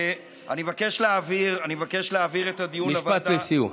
אני מבקש להעביר, משפט לסיום.